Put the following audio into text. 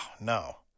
no